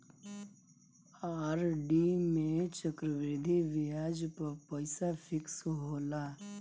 RD में चक्रवृद्धि बियाज पअ पईसा फिक्स होला